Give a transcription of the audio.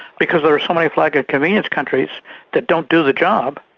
because there are so many flag of convenience countries that don't do the job.